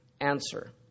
answer